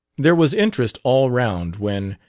there was interest all round when,